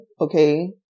okay